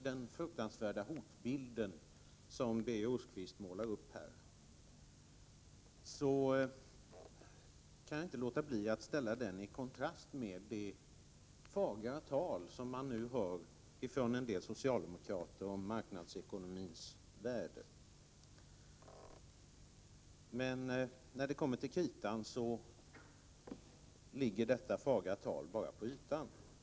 Den fruktansvärda hotbild som Birger Rosqvist målar upp här kan jag inte låta bli att ställa i kontrast till det fagra tal som man nu hör från en del socialdemokrater om marknadsekonomins värde. När det sedan kommer till kritan ligger detta fagra tal bara på ytan.